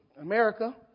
America